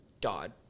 Dodd